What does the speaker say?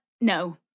No